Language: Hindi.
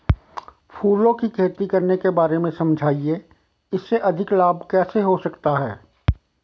फूलों की खेती करने के बारे में समझाइये इसमें अधिक लाभ कैसे हो सकता है?